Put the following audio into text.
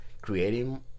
creating